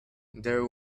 there